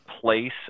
place